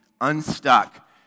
unstuck